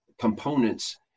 components